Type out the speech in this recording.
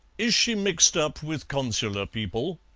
is she mixed up with consular people?